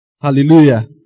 Hallelujah